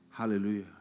Hallelujah